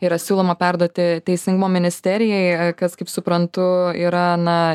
yra siūloma perduoti teisingumo ministerijai kas kaip suprantu yra na